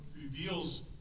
reveals